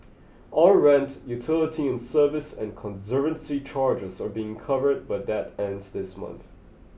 all rent utility and service and conservancy charges are being covered but that ends this month